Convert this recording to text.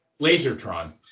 Lasertron